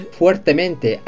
fuertemente